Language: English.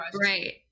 right